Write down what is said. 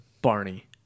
Barney